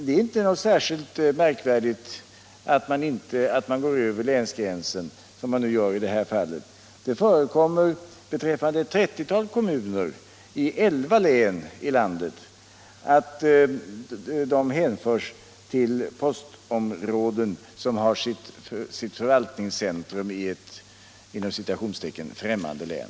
Det är inte något särskilt märkvärdigt att man, såsom i detta fall, går över länsgränserna. Det förekommer beträffande ett 30-tal kommuner i 11 län i landet, att de hänförs till postområden som har sitt förvaltningscentrum i ”främmande” län.